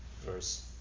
first